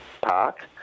park